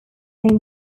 named